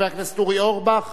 חבר הכנסת אורי אורבך.